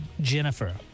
Jennifer